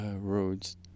roads